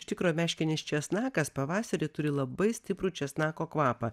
iš tikro meškinis česnakas pavasarį turi labai stiprų česnako kvapą